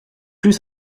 plus